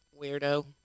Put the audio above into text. Weirdo